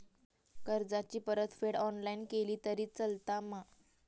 कर्जाची परतफेड ऑनलाइन केली तरी चलता मा?